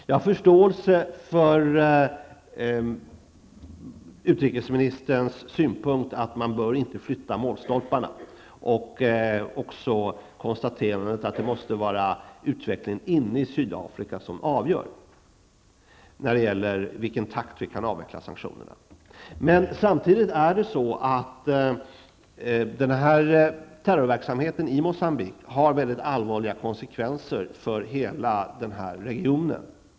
Jag har förståelse för utrikesministerns synpunkter att man inte bör flytta målstolparna och att det måste var utvecklingen inne i Sydafrika som avgör i vilken takt vi kan aveckla sanktionerna. Samtidigt har den här terrorverksamheten i Moçambique mycket allvarliga konsekvenser för hela denna region.